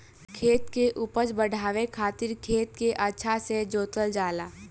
खेत के उपज बढ़ावे खातिर खेत के अच्छा से जोतल जाला